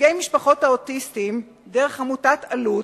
נציגי משפחות האוטיסטים, דרך עמותת אלו"ט,